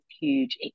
huge